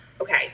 okay